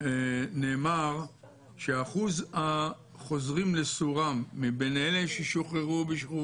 נאמר שאחוז החוזרים לסורם מבין אלה ששוחררו בשחרור